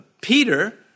Peter